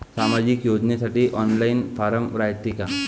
सामाजिक योजनेसाठी online form रायते का?